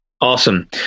awesome